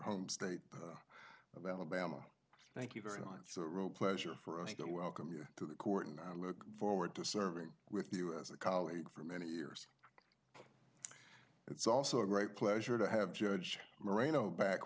home state of alabama thank you very much so real pleasure for us to welcome you to the court and i look forward to serving with you as a colleague for many years it's also a great pleasure to have judge marino back